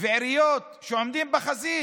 ועיריות שעומדים בחזית,